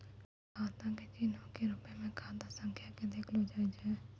खाता के चिन्हो के रुपो मे खाता संख्या के देखलो जाय छै